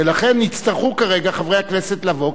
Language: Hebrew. ולכן יצטרכו כרגע חברי הכנסת לבוא,